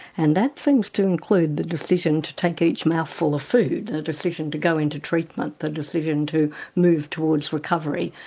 and that seems to include the decision to take each mouthful of food and a decision to go into treatment, the decision to move towards recovery.